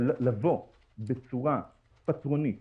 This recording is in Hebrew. לבוא בצורה פטרונית